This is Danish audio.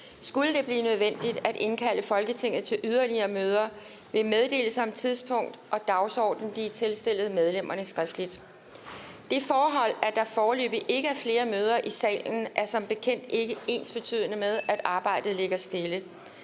Skulle det blive nødvendigt at indkalde Folketinget til yderligere møder, vil meddelelse om tidspunkt og dagsorden blive tilstillet medlemmerne skriftligt. Det forhold, at der foreløbig ikke er flere møder i salen, er som bekendt ikke ensbetydende med, at arbejdet ligger stille.